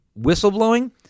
whistleblowing